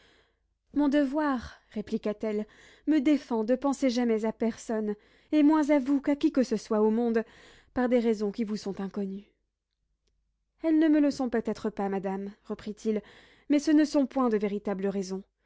mon devoir répliqua-t-elle me défend de penser jamais à personne et moins à vous qu'à qui que ce soit au monde par des raisons qui vous sont inconnues elles ne me le sont peut-être pas madame reprit-il mais ce ne sont point de véritables raisons